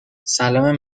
سلام